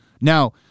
Now